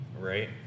right